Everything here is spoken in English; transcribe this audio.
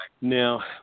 Now